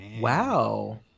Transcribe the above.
Wow